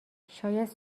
شاید